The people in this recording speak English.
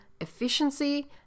efficiency